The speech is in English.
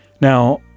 Now